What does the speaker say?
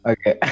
Okay